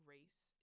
race